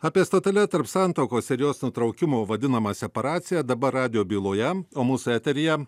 apie stotele tarp santuokos ir jos nutraukimo vadinamą separaciją dabar radijo byloje o mūsų eteryje